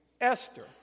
Esther